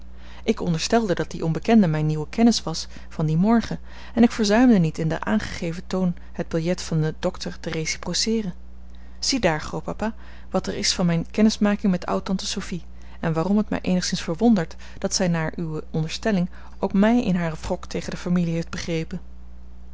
ik onderstelde dat die onbekende mijne nieuwe kennis was van dien morgen en ik verzuimde niet in den aangegeven toon het billet van den dokter te reciproceeren ziedaar grootpapa wat er is van mijne kennismaking met oudtante sophie en waarom het mij eenigszins verwondert dat zij naar uwe onderstelling ook mij in haar wrok tegen de familie heeft begrepen